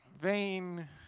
vain